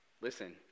Listen